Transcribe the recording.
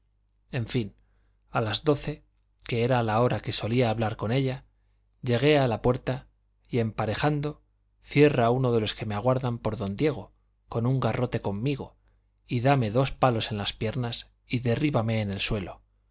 en fin a las doce que era a la hora que solía hablar con ella llegué a la puerta y emparejando cierra uno de los que me aguardaban por don diego con un garrote conmigo y dame dos palos en las piernas y derríbame en el suelo